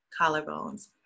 Collarbones